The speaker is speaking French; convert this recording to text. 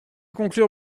conclure